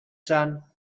son